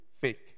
Fake